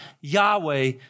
Yahweh